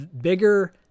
bigger